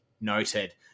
noted